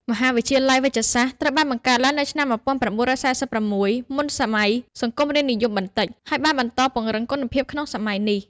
មហាវិទ្យាល័យវេជ្ជសាស្ត្រ ត្រូវបានបង្កើតឡើងនៅឆ្នាំ ១៩៤៦ មុនសម័យសង្គមរាស្រ្តនិយមបន្តិច ហើយបានបន្តពង្រឹងគុណភាពក្នុងសម័យនេះ។